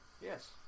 yes